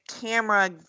camera